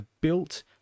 built